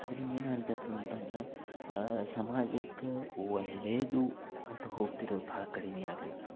ಅದ್ರಿಂದ ಏನು ಆಗ್ಲಿಕತ್ತದ ಅಂತಂದ್ರೆ ಸಮಾಜಕ್ಕೆ ಒಳ್ಳೆಯದು ಅಂತ ಹೋಗ್ತಿರೋದು ಭಾಳ ಕಡಿಮೆ ಆಗಲಿಕತ್ತದ